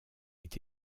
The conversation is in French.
est